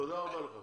תודה רבה לך.